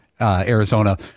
Arizona